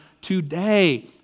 today